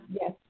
Yes